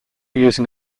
using